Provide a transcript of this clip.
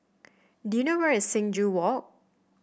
do you know where is Sing Joo Walk